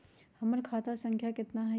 हमर खाता संख्या केतना हई?